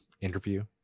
interview